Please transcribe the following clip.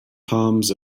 palms